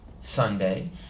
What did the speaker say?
sunday